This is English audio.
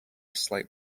slight